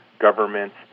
governments